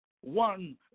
one